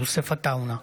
יוסף עטאונה,